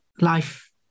life